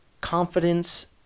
confidence